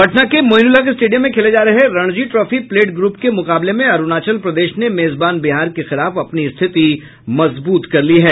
पटना के मोईनुलहक स्टेडियम में खेले जा रहे रणजी ट्रॉफी प्लेट ग्रूप के मुकाबले में अरूणाचल प्रदेश ने मेजबान बिहार के खिलाफ अपनी स्थिति मजबूत कर ली है